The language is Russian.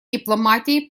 дипломатией